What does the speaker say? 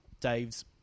Dave's